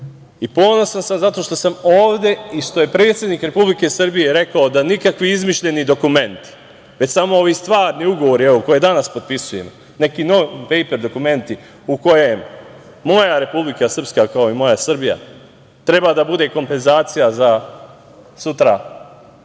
I ponosan sam zato što sam ovde i što je predsednik Republike Srbije rekao da nikakvi izmišljeni dokumenti, već samo ovi stvarni ugovori, evo, koje danas potpisujemo, neki non pejpr dokumenti u kojem moja Republika Srpska, kao i moja Srbija treba da bude kompenzacija za sutra